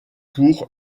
pour